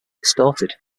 distorted